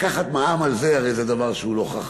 לקחת מע"מ על זה הרי זה דבר שהוא לא חכם,